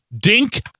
Dink